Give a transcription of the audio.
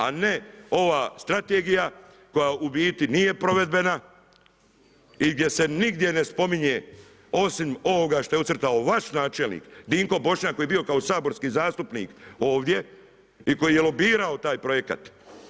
A ne ova strategija koja u biti nije provedbena i gdje se nigdje ne spominje osim ovoga što je ucrtao vaš načelnik, Dinko Bošnjak koji je bio kao saborski zastupnik ovdje i koji je lobirao taj projekat.